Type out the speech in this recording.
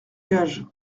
gage